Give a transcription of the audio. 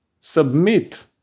Submit